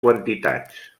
quantitats